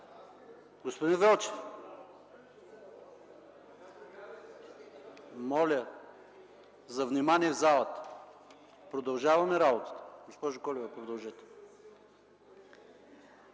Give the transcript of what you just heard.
Господин Велчев, моля за внимание в залата. Продължаваме работата. Госпожо Колева, заповядайте.